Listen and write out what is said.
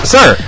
Sir